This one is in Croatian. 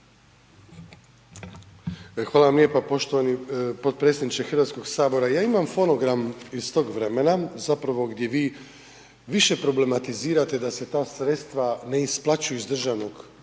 Hvala vam lijepa poštovani potpredsjedniče Hrvatskog sabora. Ja imam fonogram iz tog vremena zapravo gdje vi više problematizirate da se ta sredstva ne isplaćuju iz državnog,